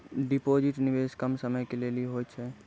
Deposit निवेश कम समय के लेली होय छै?